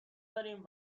داریم